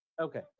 Okay